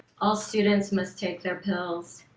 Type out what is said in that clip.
all students must take their pills.